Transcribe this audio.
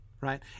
Right